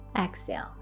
Exhale